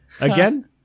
Again